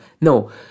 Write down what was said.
No